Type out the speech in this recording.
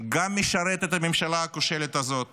גם משרת את הממשלה הכושלת הזאת